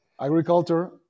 agriculture